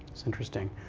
that's interesting.